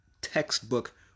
textbook